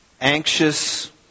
anxious